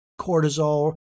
cortisol